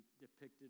depicted